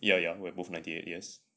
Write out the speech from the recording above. ya ya we are both ninety eight yes